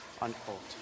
Unquote